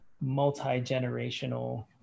multi-generational